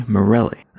Morelli